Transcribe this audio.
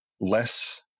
less